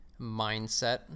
mindset